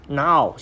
now